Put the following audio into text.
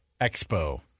Expo